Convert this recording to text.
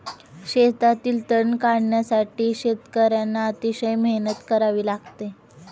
शेतातील तण काढण्यासाठी शेतकर्यांना अतिशय मेहनत करावी लागते